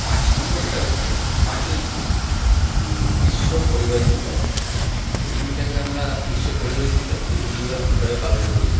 পাঁচ নম্বরটা হচ্ছে পাঁচই জুন বিশ্ব পরিবেশ দিবস এই দিনটাকে আমরা বিশ্ব পরিবেশ হিসাবে দিবস হিসাবে পালন করি